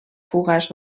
fugaç